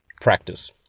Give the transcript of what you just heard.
practice